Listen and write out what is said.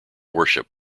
worship